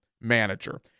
manager